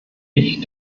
mich